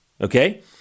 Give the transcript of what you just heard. okay